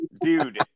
Dude